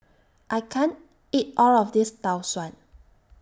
I can't eat All of This Tau Suan